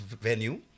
venue